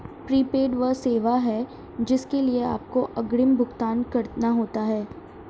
prepaid वह सेवा है जिसके लिए आपको अग्रिम भुगतान करना होता है